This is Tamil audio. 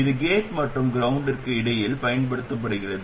இது கேட் மற்றும் கிரௌண்டுக்கு இடையில் பயன்படுத்தப்படுகிறது